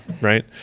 Right